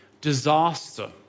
Disaster